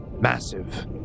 massive